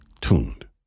tuned